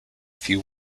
few